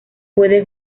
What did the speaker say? puede